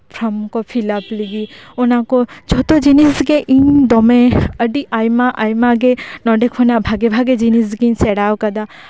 form ᱠᱚ fill up ᱞᱟᱹᱜᱤᱫ ᱚᱱᱟ ᱠᱚ ᱡᱷᱚᱛᱚ ᱡᱤᱱᱤᱥ ᱜᱮ ᱤᱧ ᱫᱚᱢᱮ ᱟᱹᱰᱤ ᱟᱭᱢᱟ ᱟᱭᱢᱟ ᱜᱮ ᱱᱚᱰᱮ ᱠᱷᱚᱱᱟᱜ ᱵᱷᱟᱜᱮ ᱵᱷᱟᱜᱮ ᱡᱤᱱᱤᱥ ᱜᱤᱧ ᱥᱮᱲᱟᱣ ᱠᱟᱫᱟ